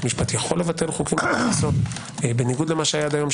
משפט יכול לבטל חוקים- -- בניגוד למה שנקבע עד היום,